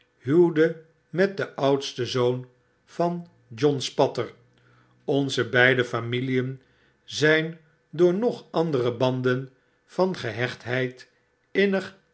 huwde met den oudsten zoon van john spatter onze beide familien zyn door nog andere banden van gehechtheid